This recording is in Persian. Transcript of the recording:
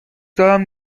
دارم